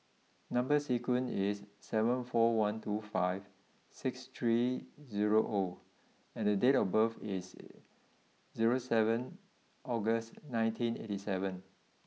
number sequence is seven four one two five six three zero O and date of birth is zero seven August nineteen eighty seven